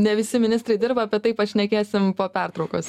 ne visi ministrai dirba apie tai pašnekėsim po pertraukos